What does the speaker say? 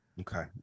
Okay